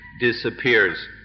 disappears